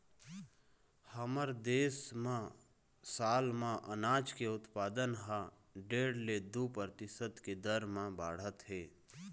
हमर देश म साल म अनाज के उत्पादन ह डेढ़ ले दू परतिसत के दर म बाढ़त हे